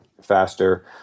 faster